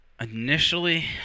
initially